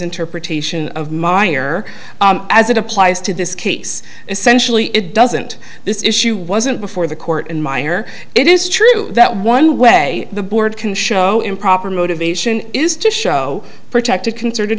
interpretation of meyer as it applies to this case essentially it doesn't this issue wasn't before the court in my hair it is true that one way the board can show improper motivation is to show protected concerted